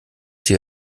die